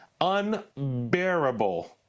unbearable